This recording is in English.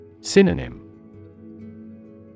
Synonym